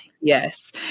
Yes